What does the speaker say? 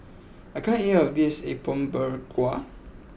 I can't eat all of this Apom Berkuah